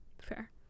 Fair